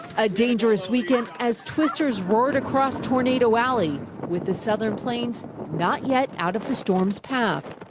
a dangerous weekend as twisters roared across tornado alley with the southern plains not yet out of the storm's path.